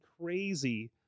crazy